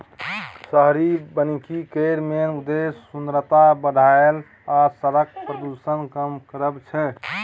शहरी बनिकी केर मेन उद्देश्य सुंदरता बढ़ाएब आ शहरक प्रदुषण कम करब छै